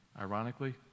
Ironically